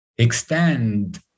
extend